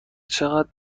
چقدر